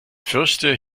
fürchte